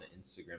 instagram